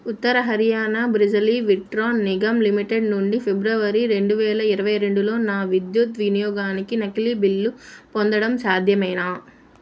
ఉత్తర Haryana Bijli Vitran Nigam Limited నుండి ఫిబ్రవరి రెండు వేల ఇరవై రెండులో నా విద్యుత్ వినియోగానికి నకిలీ బిల్లు పొందడం సాధ్యమేనా